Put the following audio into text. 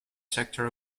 sector